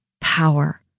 power